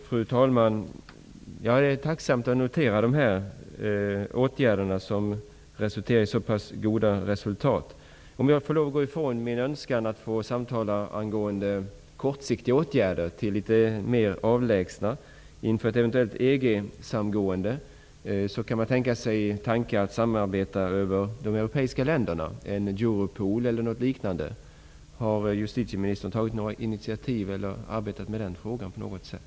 Fru talman! Jag noterar tacksamt dessa åtgärder, som har givit så pass goda resultat. Om jag får gå ifrån min önskan att få samtala om kortsiktiga åtgärder, vill jag gärna diskutera litet mer avlägsna åtgärder inför ett eventuellt EG samgående. Jag skulle kunna tänka mig ett samarbete med de europeiska länderna, en Europool eller något liknande. Har justitieministern arbetat med den frågan på något sätt?